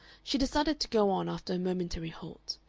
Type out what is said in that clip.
she decided to go on, after a momentary halt.